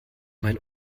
mein